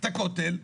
את הכותל,